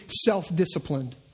self-disciplined